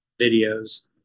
videos